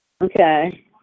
Okay